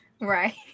Right